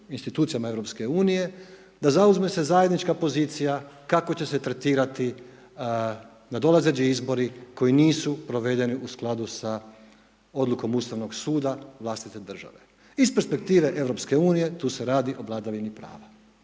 unije da zauzme se zajednička pozicija kako će se tretirati nadolazeći izbori koji nisu provedeni u skladu s odlukom Ustavnog suda vlastite države. Iz perspektive Europske unije tu se radi o vladavini prava.